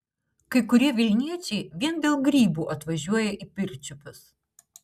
kai kurie vilniečiai vien dėl grybų atvažiuoja į pirčiupius